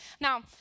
Now